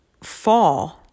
fall